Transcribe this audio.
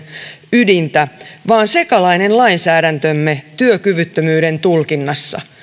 ydintä vaan sekalainen lainsäädäntömme työkyvyttömyyden tulkinnassa